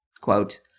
quote